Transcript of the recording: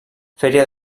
feria